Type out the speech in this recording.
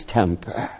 temper